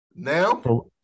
Now